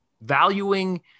valuing